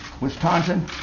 Wisconsin